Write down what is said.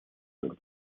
как